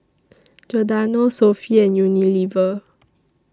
Giordano Sofy and Unilever